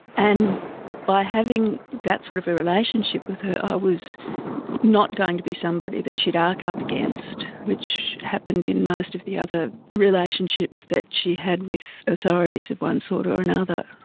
and by having that sort of a relationship with her i was not going to be somebody that she would arc up against, which happened in most of the other relationships that she had with authorities of one sort or another.